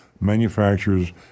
manufacturer's